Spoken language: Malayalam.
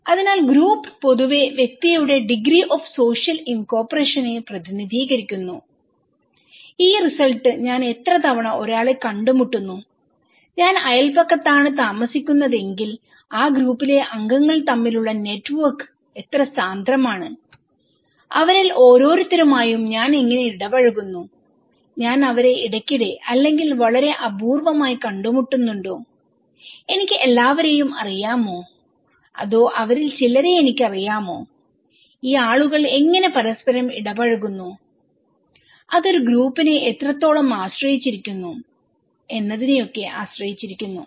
അതിനാൽ ഗ്രൂപ്പ് പൊതുവെ വ്യക്തിയുടെ ഡിഗ്രി ഓഫ് സോഷ്യൽ ഇൻകോർപറേഷനെ പ്രതിനിധീകരിക്കുന്നു ഈ റിസൾട്ട് ഞാൻ എത്ര തവണ ഒരാളെ കണ്ടുമുട്ടുന്നു ഞാൻ അയൽപക്കത്താണ് താമസിക്കുന്നതെങ്കിൽ ആ ഗ്രൂപ്പിലെ അംഗങ്ങൾ തമ്മിലുള്ള നെറ്റ്വർക്ക് എത്ര സാന്ത്രമാണ് അവരിൽ ഓരോരുത്തരുമായും ഞാൻ എങ്ങനെ ഇടപഴകുന്നു ഞാൻ അവരെ ഇടയ്ക്കിടെ അല്ലെങ്കിൽ വളരെ അപൂർവ്വമായി കണ്ടുമുട്ടുന്നുണ്ടോ എനിക്ക് എല്ലാവരേയും അറിയാമോ അതോ അവരിൽ ചിലരെ എനിക്കറിയാമോ ഈ ആളുകൾ എങ്ങനെ പരസ്പരം ഇടപഴകുന്നു അത് ഒരു ഗ്രൂപ്പിനെ എത്രത്തോളം ആശ്രയിച്ചിരിക്കുന്നു എന്നതിനെയോക്കെ ആശ്രയിച്ചിരിക്കുന്നു